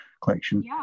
collection